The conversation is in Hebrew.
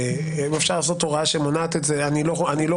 -- אפשר לעשות הוראה שמונעת את זה, אם זה